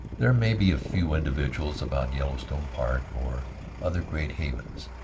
there may be a few individuals about yellowstone park or other great havens,